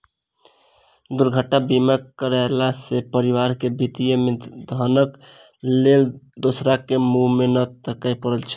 दुर्घटना बीमा करयला सॅ परिवार के विपत्ति मे धनक लेल दोसराक मुँह नै ताकय पड़ैत छै